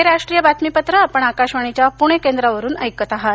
हे राष्ट्रीय बातमीपत्र आपण आकाशवाणीच्या पुणे केंद्रावरुन ऐकत आहात